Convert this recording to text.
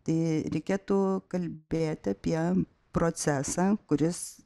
tai reikėtų kalbėt apie procesą kuris